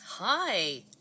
Hi